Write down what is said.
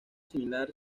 similar